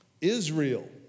Israel